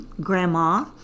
grandma